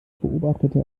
beobachtete